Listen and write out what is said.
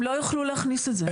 הם לא יוכלו להכניס את זה.